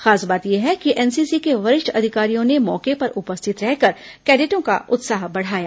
खास बात यह है कि एनसीसी के वरिष्ठ अधिकारियों ने मौके पर उपस्थित रह कर कैडेटों का उत्साह बढ़ाया